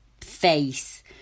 face